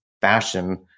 fashion